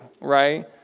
right